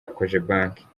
kojebanke